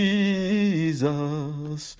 Jesus